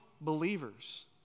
believers